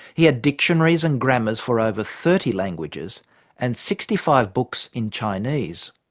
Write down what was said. he had dictionaries and grammars for over thirty languages and sixty-five books in chinese.